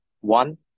One